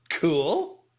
Cool